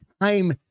time